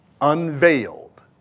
unveiled